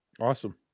Awesome